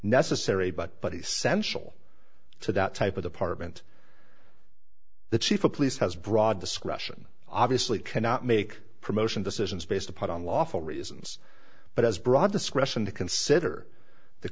necessary but but essentially to that type of department the chief of police has broad discretion obviously cannot make promotion decisions based upon lawful reasons but as broad discretion to consider the